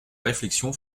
réflexion